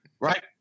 right